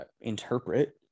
interpret